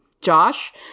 Josh